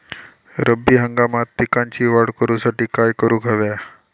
रब्बी हंगामात पिकांची वाढ करूसाठी काय करून हव्या?